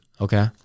okay